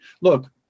Look